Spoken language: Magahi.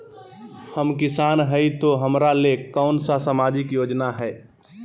हम किसान हई तो हमरा ले कोन सा सामाजिक योजना है?